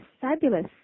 fabulous